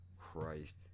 Christ